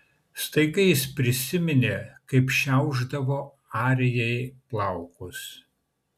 staiga jis prisiminė kaip šiaušdavo arijai plaukus